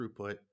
throughput